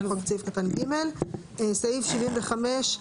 סעיף 75,